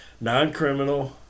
non-criminal